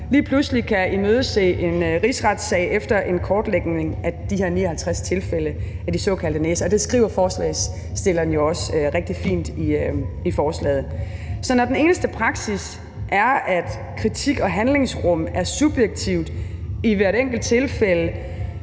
lige pludselig kan imødese en rigsretssag efter en kortlægning af de her 59 tilfælde af såkaldte næser, og det skriver forslagsstillerne jo også rigtig fint i forslaget. Så når den eneste praksis er, at kritik og handlingsrum er subjektivt i hvert enkelt tilfælde,